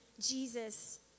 Jesus